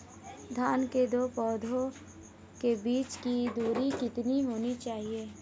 धान के दो पौधों के बीच की दूरी कितनी होनी चाहिए?